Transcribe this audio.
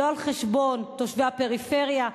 לא על חשבון תושבי הפריפריה,